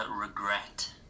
regret